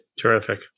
Terrific